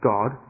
God